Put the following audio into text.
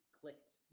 clicked